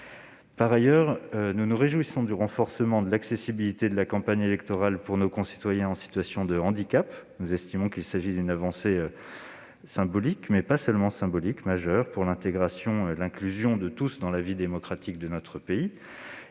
Par ailleurs, nous nous réjouissons du renforcement de l'accessibilité de la campagne électorale pour nos concitoyens en situation de handicap. Nous estimons qu'il s'agit d'une avancée pas seulement symbolique, mais véritablement majeure pour l'intégration et l'inclusion de tous dans la vie démocratique de notre pays.